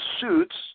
suits